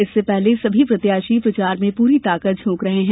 इससे पहले सभी प्रत्याशी प्रचार में पूरी ताकत झोंक रहे हैं